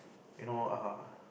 you know err